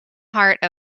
heart